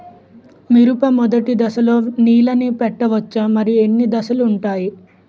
మిరప మొదటి దశలో నీళ్ళని పెట్టవచ్చా? మరియు ఎన్ని దశలు ఉంటాయి?